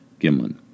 Gimlin